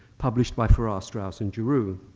published by farrar, straus, and giroux.